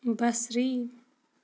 بصری